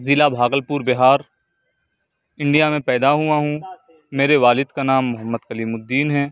ضلع Bhagalpur Bihar India میں پیدا ہوا ہوں میرے والد کا نام محمد کلیم الدین ہے